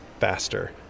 faster